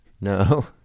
No